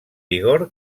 vigor